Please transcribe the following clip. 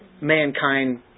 mankind